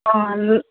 अँ लु